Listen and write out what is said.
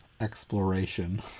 exploration